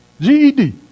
GED